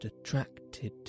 attracted